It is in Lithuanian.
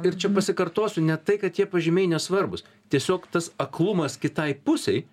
ir čia pasikartosiu ne tai kad tie pažymiai nesvarbūs tiesiog tas aklumas kitai pusei